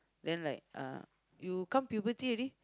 then like uh you come puberty already